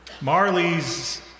Marley's